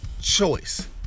choice